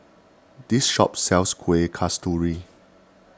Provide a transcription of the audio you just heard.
this shop sells Kueh Kasturi